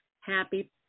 Happy